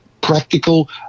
practical